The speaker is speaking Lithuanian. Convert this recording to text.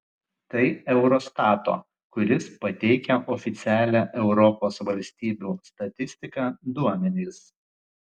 tai eurostato kuris pateikia oficialią europos valstybių statistiką duomenys